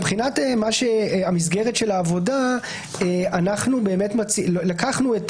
מבחינת המסגרת של העבודה לקחנו את